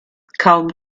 kaum